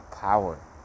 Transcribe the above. power